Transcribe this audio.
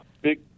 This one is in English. Big